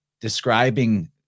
describing